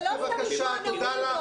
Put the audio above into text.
זה לא סתם לשמוע נאומים פה.